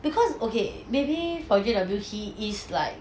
because okay maybe forget until he is like